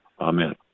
Amen